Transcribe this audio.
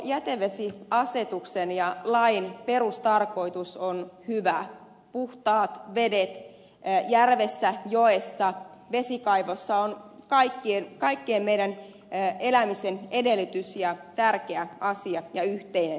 koko jätevesiasetuksen ja lain perustarkoitus on hyvä puhtaat vedet järvessä joessa vesikaivossa on kaikkien meidän elämisen edellytys ja tärkeä asia ja yhteinen sellainen